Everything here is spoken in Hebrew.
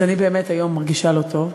אז אני באמת מרגישה היום לא טוב.